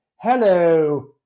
hello